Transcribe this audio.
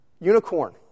Unicorn